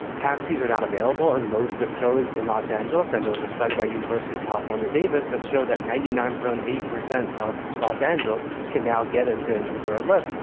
ah taxis are not available in most zip codes in los angeles, and it was a study by university of california-davis that showed that ninety nine. eight percent of los angeles can now get into an uber or lyft,